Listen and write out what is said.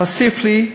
הוסיף לי,